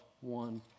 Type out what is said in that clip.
one